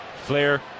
Flair